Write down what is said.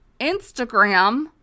Instagram